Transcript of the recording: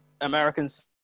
Americans